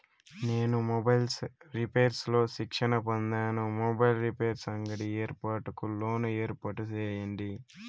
నేను mobiles repairs లో శిక్షణ పొందాను, మొబైల్ రిపైర్స్ అంగడి ఏర్పాటుకు లోను ఏర్పాటు సేయండి?